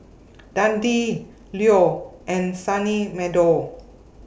Dundee Leo and Sunny Meadow